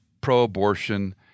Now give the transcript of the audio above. pro-abortion